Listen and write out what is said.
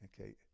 okay